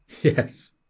Yes